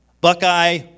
Buckeye